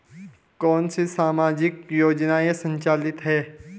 कौन कौनसी सामाजिक योजनाएँ संचालित है?